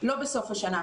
לא בסוף השנה.